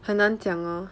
很难讲 ah